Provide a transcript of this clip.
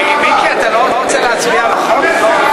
מיקי, אתה לא רוצה להצביע על החוק?